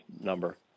number